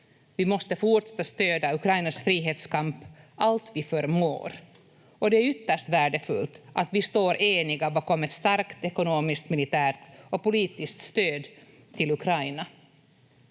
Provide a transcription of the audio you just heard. Vi måste fortsätta stöda Ukrainas frihetskamp allt vi förmår, och det är ytterst värdefullt att vi står eniga bakom ett starkt ekonomiskt, militärt och politiskt stöd till Ukraina.